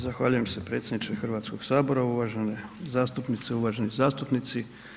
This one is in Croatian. Zahvaljujem se predsjedniče Hrvatskoga sabora, uvažene zastupnice i uvaženi zastupnici.